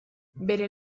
bere